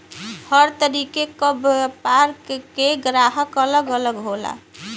हर तरीके क व्यापार के ग्राहक अलग अलग होला